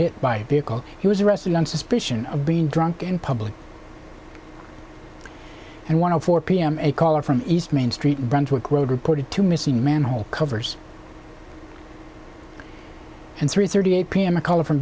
hit by a vehicle he was arrested on suspicion of being drunk in public and one of four p m a caller from east main street in brunswick road reported two missing manhole covers and three thirty eight pm a call from